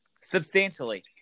Substantially